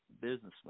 businessman